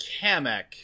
Kamek